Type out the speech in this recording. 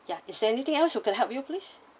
ya is there anything else I could help you please